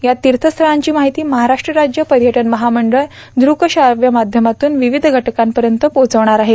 या तीर्थ स्थळांची माहिती महाराष्ट्र राज्य पर्यटन महामंडळ दृकश्राव्य माध्यमातून घटकांपर्यंत पोहोचविणार आहे